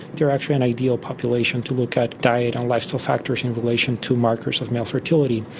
they are actually an ideal population to look at diet and lifestyle factors in relation to markers of male fertility.